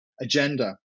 agenda